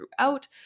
throughout